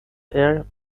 air